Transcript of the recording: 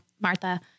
Martha